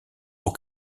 pour